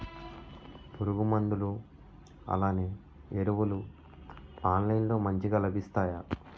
పురుగు మందులు అలానే ఎరువులు ఆన్లైన్ లో మంచిగా లభిస్తాయ?